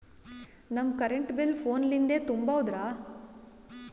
ನಮ್ current bill ಫೋನ ಲಿಂದೇ ತುಂಬೌದ್ರಾ?